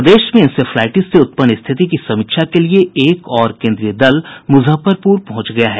प्रदेश में इंसेफ्लाईटिस से उत्पन्न स्थिति की समीक्षा के लिये एक और केंद्रीय दल मुजफ्फरपुर पहुंच गया है